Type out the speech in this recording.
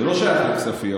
לא שייך לכספים,